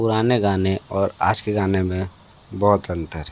पुराने गाने और आज के गाने में बहुत अंतर है